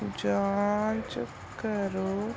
ਜਾਂਚ ਕਰੋ